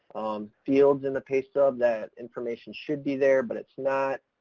um, fields in the pay stub, that information should be there but it's not,